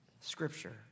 scripture